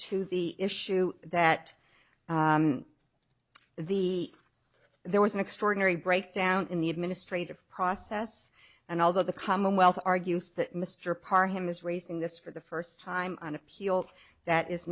to the issue that the there was an extraordinary breakdown in the administrative process and although the commonwealth argues that mr parr him is raising this for the first time an appeal that is